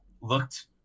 looked